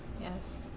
yes